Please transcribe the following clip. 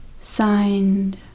Signed